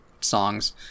songs